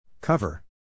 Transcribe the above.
Cover